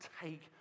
take